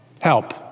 help